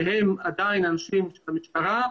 שהם עדיין אנשים של המשטרה,